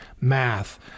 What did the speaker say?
math